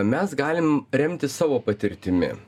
mes galim remtis savo patirtimi